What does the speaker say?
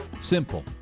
Simple